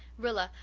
rilla,